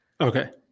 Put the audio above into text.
Okay